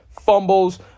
fumbles